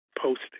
post